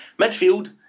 Midfield